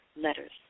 letters